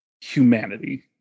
humanity